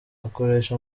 akoresha